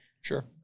Sure